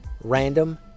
random